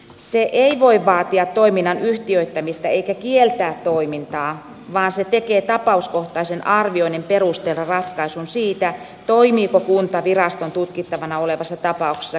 se ei voi vaatia toiminnan yhtiöittämistä eikä kieltää toimintaa vaan se tekee tapauskohtaisen arvioinnin perusteella ratkaisun siitä toimiiko kunta viraston tutkittavana olevassa tapauksessa kilpailutilanteessa markkinoilla